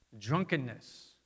Drunkenness